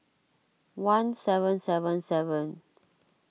one seven seven seven